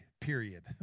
period